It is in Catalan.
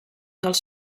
dels